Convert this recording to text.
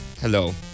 hello